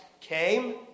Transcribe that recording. came